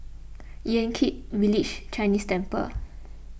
Yan Kit Village Chinese Temple